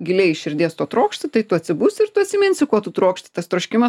giliai iš širdies to trokšti tai tu atsibusi ir tu atsiminsi ko tu trokšti tas troškimas